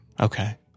Okay